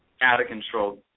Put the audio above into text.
out-of-control